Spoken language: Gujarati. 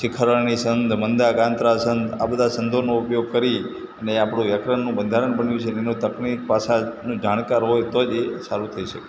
શિખરણી છંદ મંદાક્રાંતા છંદ આ બધા છંદોનો ઉપયોગ કરી અને આપણું વ્યાકરણનું બંધારણ બન્યું છે અને એનો તકની પાસાનો જાણકાર હોય તો જ એ સારું થઈ શકે